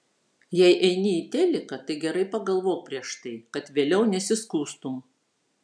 jei eini į teliką tai gerai pagalvok prieš tai kad vėliau nesiskųstum